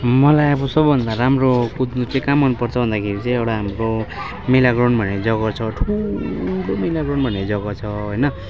मलाई अब सबैभन्दा राम्रो कुद्नु चाहिँ कहाँ मनपर्छ भन्दाखेरि चाहिँ एउटा हाम्रो मेला ग्राउन्ड भन्ने जग्गा छ ठुलो मेला ग्राउन्ड भन्ने जग्गा छ होइन